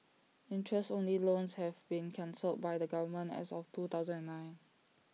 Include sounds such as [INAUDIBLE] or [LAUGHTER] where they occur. interest only loans have been cancelled by the government as of [NOISE] two thousand and nine